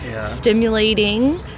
stimulating